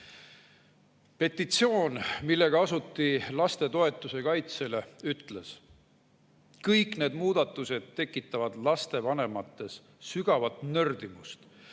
Petitsioon, millega asuti lastetoetuste kaitsele, ütles: "Kõik need muudatused tekitavad lapsevanemates sügavat nördimust,